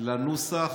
לנוסח